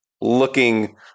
looking